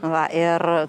va ir